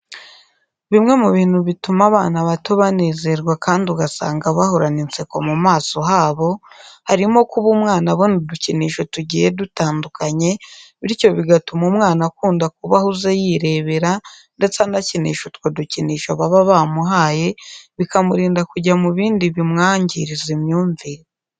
Bimwe mu bintu bituma abana bato banezerwa kandi ugasanga bahorana inseko mu maso habo, harimo kuba umwana abona udukinisho tugiye dutandukanye, bityo bigatuma umwana akunda kuba ahuze yirebera ndetse anakinisha utwo dukinisho baba bamuhaye bikamurinda kujya mu bindi byamwangiriza imyumvire.